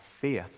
faith